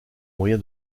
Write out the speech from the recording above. moyen